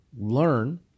learn